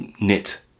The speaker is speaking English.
knit